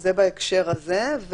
זה בהקשר הזה.